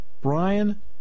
Brian